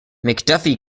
mcduffie